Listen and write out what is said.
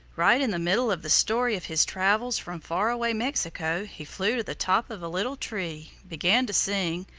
right in the middle of the story of his travels from far-away mexico he flew to the top of a little tree, began to sing,